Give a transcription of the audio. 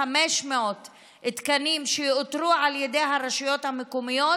תקנים שאותרו על ידי הרשויות המקומיות,